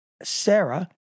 Sarah